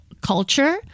culture